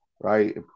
right